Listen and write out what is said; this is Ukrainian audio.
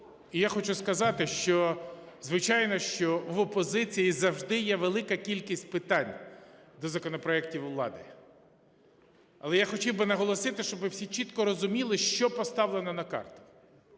Я хочу сказати, що, звичайно, що в опозиції завжди є велика кількість питань до законопроектів влади. Але я хотів би наголосити, щоб ви всі чітко розуміли, що поставлено на карту.